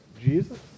Jesus